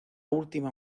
última